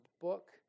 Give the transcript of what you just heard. book